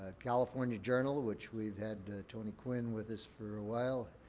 ah california journal, which we've had tony quinn with us for a while.